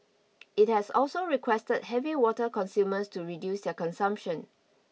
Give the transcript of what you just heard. it has also requested heavy water consumers to reduce their consumption